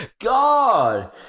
god